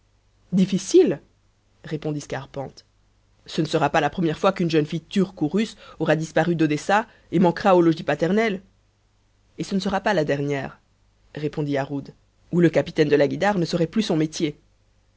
difficile répondit scarpante ce ne sera pas la première fois qu'une jeune fille turque ou russe aura disparu d'odessa et manquera au logis paternel et ce ne sera pas la dernière répondit yarhud ou le capitaine de la guïdare ne saurait plus son métier